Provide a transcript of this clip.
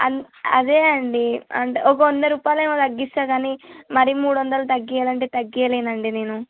అదే అండి అంటే ఒక వంద రుపాయలు ఏమో తగ్గిస్తాను కానీ మరి మూడు వందలు తగ్గించాలి అంటే తగ్గించ లేనండి నేను